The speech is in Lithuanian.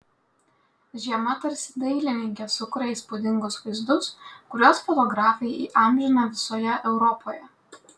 žiema tarsi dailininke sukuria įspūdingus vaizdus kuriuos fotografai įamžina visoje europoje